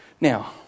Now